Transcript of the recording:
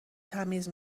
تمیز